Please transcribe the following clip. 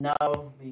no